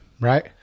Right